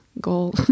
goal